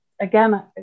again